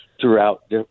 throughout